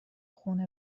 خونه